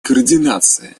координации